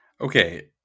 Okay